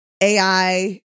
AI